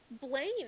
Blaine